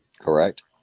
Correct